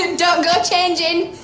and don't go changing.